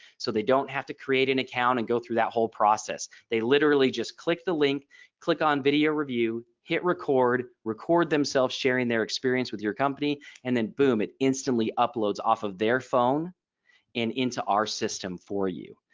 so they don't have to create an account and go through that whole process. they literally just click the link click on video review hit record, record themselves sharing their experience with your company and then boom it instantly uploads off of their phone and into our system for you.